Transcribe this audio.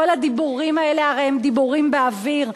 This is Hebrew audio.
כל הדיבורים האלה הרי הם דיבורים באוויר,